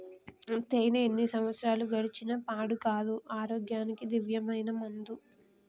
తేనే ఎన్ని సంవత్సరాలు గడిచిన పాడు కాదు, ఆరోగ్యానికి దివ్యమైన మందు